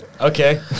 Okay